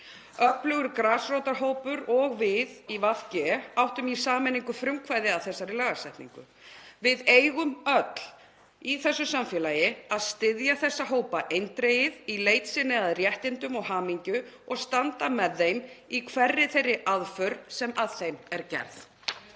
Öflugur grasrótarhópur og við í VG áttum í sameiningu frumkvæði að þessari lagasetningu. Við eigum öll í þessu samfélagi að styðja þessa hópa eindregið í leit sinni að réttindum og hamingju og standa með þeim í hverri þeirri aðför sem að þeim er gerð.